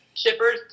Shippers